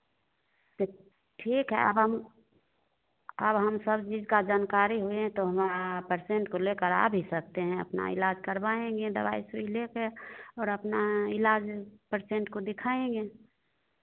ठीक ठीक है अब हम अब हम सब चीज़ का जानकार लें तो हमा पर्सेन्ट को लेकर आ भी सकते हैं अपना इलाज करवाएँगे दवाई सुइ लेकर और अपना इलाज पर्सेन्ट को दिखाएँगे